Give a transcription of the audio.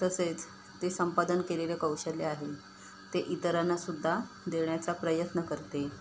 तसेच ते संपादन केलेलं कौशल्य आहे ते इतरांना सुद्धा देण्याचा प्रयत्न करते